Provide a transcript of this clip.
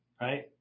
right